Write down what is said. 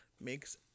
makes